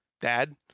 dad